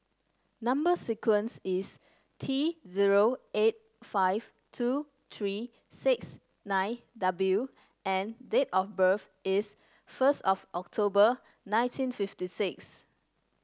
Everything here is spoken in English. number sequence is T zero eight five two three six nine W and date of birth is first of October nineteen fifty six